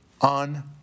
on